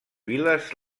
vil·les